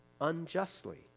Unjustly